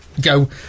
go